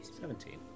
Seventeen